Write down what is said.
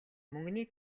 мөнгөний